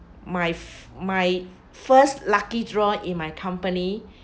my my first lucky draw in my company